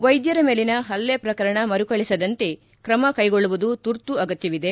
ವೈದ್ಯರ ಮೇಲಿನ ಹಲ್ಲೆ ಪ್ರಕರಣ ಮರುಕಳಿಸದಂತೆ ಕ್ರಮ ಕೈಗೊಳ್ಳುವುದು ತುರ್ತು ಅಗತ್ತವಿದೆ